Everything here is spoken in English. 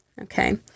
Okay